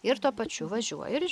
ir tuo pačiu važiuoja ir